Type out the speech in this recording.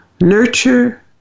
Nurture